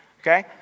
Okay